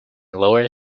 lower